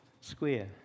square